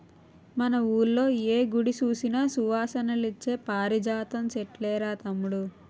మన వూళ్ళో ఏ గుడి సూసినా సువాసనలిచ్చే పారిజాతం సెట్లేరా తమ్ముడూ